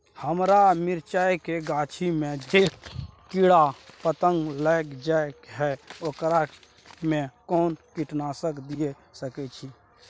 हमरा मिर्चाय के गाछी में जे कीट पतंग लैग जाय है ओकरा में कोन कीटनासक दिय सकै छी?